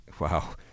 Wow